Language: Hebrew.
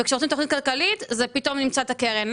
וכשעושים תוכנית כלכלית זה פתאום נמצא את הקרן?